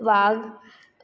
वाघ